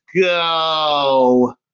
go